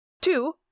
Two